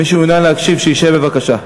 מי שמעוניין להקשיב, שישב בבקשה.